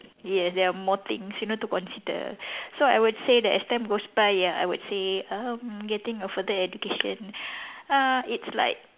yes there are more things you know to consider so I would say that as time goes by ya I would say um getting a further education uh it's like